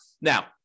Now